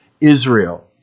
Israel